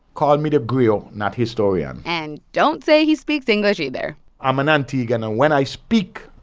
call me the griot not historian and don't say he speaks english either i'm an antiguan. and when i speak,